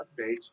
updates